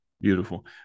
beautiful